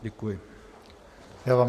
Děkuji vám.